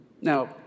Now